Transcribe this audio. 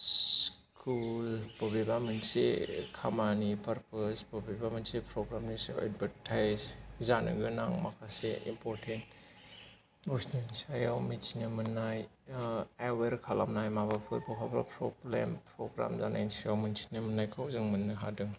school बबेबा मोनसे खामानि पारपस बबेबा मोनसे प्रग्रामनि एएडभार्टाइज जानो गोनां माखासे एम्प'रटेन्ट बस्थुनि सायाव मोनथिनो मोननाय ओ एवेर खालामनाय माबाफोर बहाबा प्रब्लेम प्रग्राम जानायनि सिगां मोनथिनो मोननायखौ जों मोननो हादों